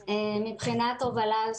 שיש לו השלכות גם בריאותיות,